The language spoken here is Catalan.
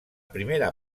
primera